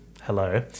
hello